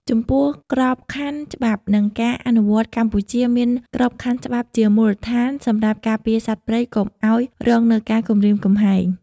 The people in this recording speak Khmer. ចំពោះក្របខ័ណ្ឌច្បាប់ និងការអនុវត្តកម្ពុជាមានក្របខ័ណ្ឌច្បាប់ជាមូលដ្ឋានសម្រាប់ការពារសត្វព្រៃកុំឲ្យរងនៅការគំរាមគំហែង។